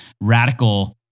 radical